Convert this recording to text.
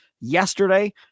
yesterday